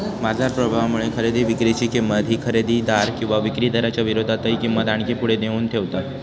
बाजार प्रभावामुळे खरेदी विक्री ची किंमत ही खरेदीदार किंवा विक्रीदाराच्या विरोधातही किंमत आणखी पुढे नेऊन ठेवता